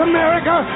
America